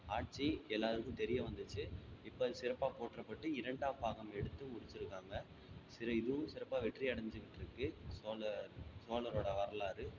ஆட்சி எல்லோருக்கும் தெரிய வந்துச்சு இப்போ சிறப்பாக போற்றப்பட்டு இரண்டாம் பாகம் எடுத்து முடித்திருக்காங்க சிற இதுவும் சிறப்பாக வெற்றியடைஞ்சுக்கிட்ருக்கு சோழ சோழரோட வரலாறு